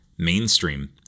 mainstream